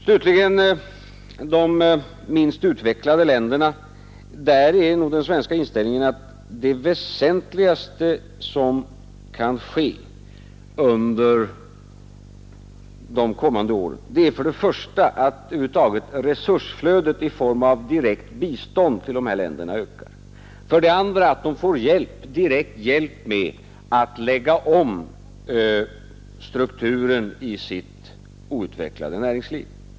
Beträffande de minst utvecklade länderna är nog den svenska inställningen att det väsentligaste som kan ske under de kommande åren är för det första att över huvud taget resursflödet i form av direkt bistånd till dessa länder ökar, för det andra att de får direkt hjälp med att lägga om strukturen i sitt outvecklade näringsliv.